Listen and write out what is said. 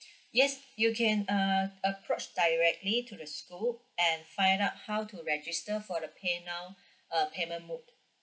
yes you can uh approach directly to the school and find out how to register for the paynow uh payment mode